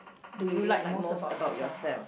do you like most about yourself ah